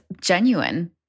genuine